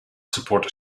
support